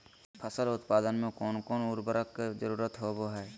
फसल उत्पादन में कोन कोन उर्वरक के जरुरत होवय हैय?